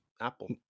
Apple